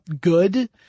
good